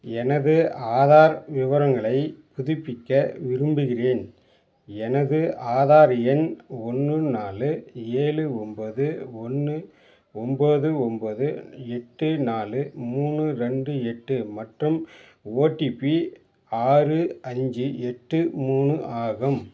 எனது ஆதார் விவரங்களை புதுப்பிக்க விரும்புகிறேன் எனது ஆதார் எண் ஒன்று நாலு ஏழு ஒன்போது ஒன்று ஒன்போது ஒன்போது எட்டு நாலு மூணு ரெண்டு எட்டு மற்றும் ஓடிபி ஆறு அஞ்சு எட்டு மூணு ஆகும்